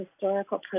historical